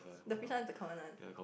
the fish one is the common one